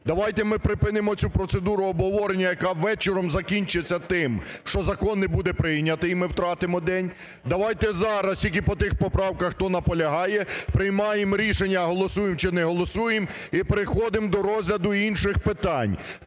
давайте ми припинимо цю процедуру обговорення, яка вечором закінчиться тим, що закон не буде прийнятий, ми втратимо день. Давайте зараз тільки по тих поправках, хто наполягає, приймаємо рішення, голосуєм чи не голосуєм, і переходимо до розгляду інших питань: